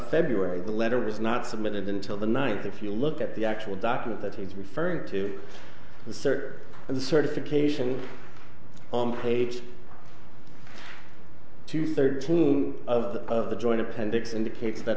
february the letter was not submitted until the ninth if you look at the actual document that he is referring to the cert and the certification on page two thirteen of of the joint appendix indicates that